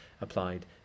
applied